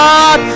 God